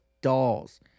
dolls